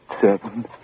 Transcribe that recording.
Seven